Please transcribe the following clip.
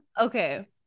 okay